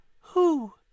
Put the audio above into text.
Who